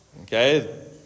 Okay